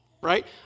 right